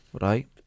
Right